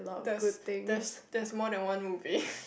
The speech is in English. there's there's there's more than one movie